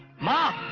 mother.